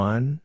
One